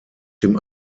dem